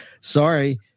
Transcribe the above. sorry